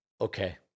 Okay